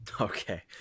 Okay